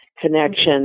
connection